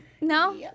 No